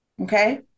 Okay